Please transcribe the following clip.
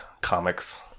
comics